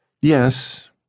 Yes